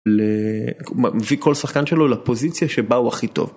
מביא כל שחקן שלו לפוזיציה שבה הוא הכי טוב.